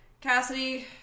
Cassidy